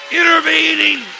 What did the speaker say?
intervening